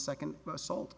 second assault